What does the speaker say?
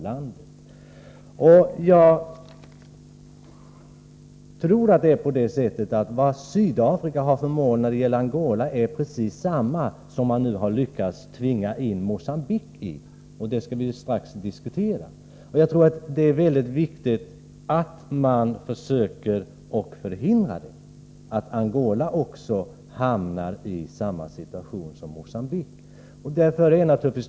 Jag tror att vad Sydafrika har för mål när det gäller Angola är precis detsamma som i fråga om Mogambique. Vi skall strax diskutera det. Jag tycker att det är väldigt viktigt att man försöker förhindra att Angola hamnar i samma situation som Mogambique.